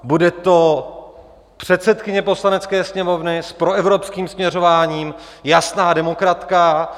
Bude to předsedkyně Poslanecké sněmovny, s proevropským směřováním, jasná demokratka.